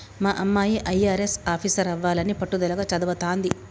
మా అమ్మాయి అయ్యారెస్ ఆఫీసరవ్వాలని పట్టుదలగా చదవతాంది